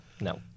No